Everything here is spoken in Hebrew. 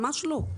ממש לא.